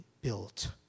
built